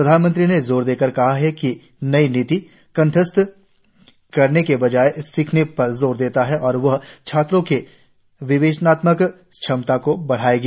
प्रधानमंत्री ने जोर देकर कहा कि नई नीति कंठस्थ करने के बजाए सीखने पर जोर देती है और वह छात्रों की विवेचनात्मक क्षमता को बढ़ाएगी